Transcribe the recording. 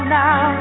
now